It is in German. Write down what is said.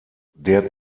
der